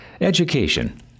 education